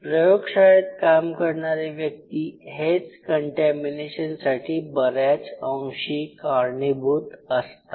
प्रयोगशाळेत काम करणारे व्यक्ती हेच कंटॅमीनेशनसाठी बऱ्याच अंशी कारणीभूत असतात